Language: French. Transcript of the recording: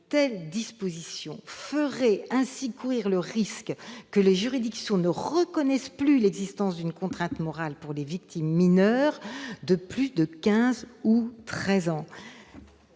telle disposition ferait ainsi courir le risque que les juridictions ne reconnaissent plus l'existence d'une contrainte morale pour les victimes mineures de plus de quinze